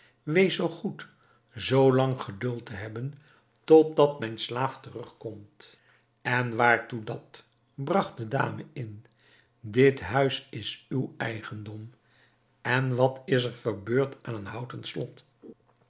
wees zoo goed zoo lang geduld te hebben totdat mijn slaaf terugkomt en waartoe dat bragt de dame in dit huis is uw eigendom en wat is er verbeurd aan een houten slot